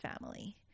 family